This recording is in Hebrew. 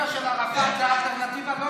זו האלטרנטיבה?